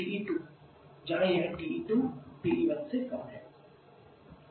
TE2 जहां यह TE2 TE1 से कम है